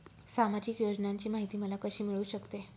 सामाजिक योजनांची माहिती मला कशी मिळू शकते?